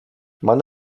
many